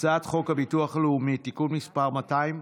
הצעת חוק הביטוח הלאומי (תיקון מס' 230)